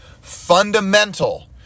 Fundamental